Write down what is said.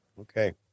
Okay